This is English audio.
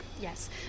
Yes